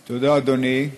תודה, אדוני.